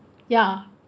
ya